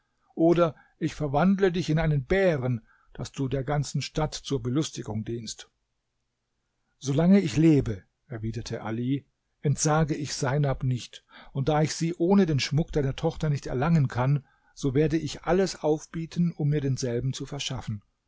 oder ich verwandle dich in einen bären daß du der ganzen stadt zur belustigung dienst solange ich lebe erwiderte ali entsage ich seinab nicht und da ich sie ohne den schmuck deiner tochter nicht erlangen kann so werde ich alles aufbieten um mir denselben zu verschaffen